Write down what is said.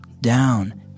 down